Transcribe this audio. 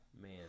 Man